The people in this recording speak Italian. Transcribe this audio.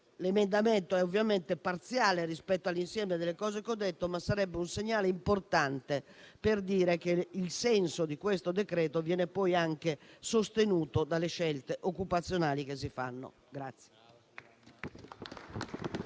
L'emendamento 6.1 è ovviamente parziale rispetto all'insieme delle cose che ho detto, ma sarebbe un segnale importante per dimostrare che il senso di questo decreto-legge viene anche sostenuto dalle scelte occupazionali che si fanno.